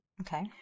Okay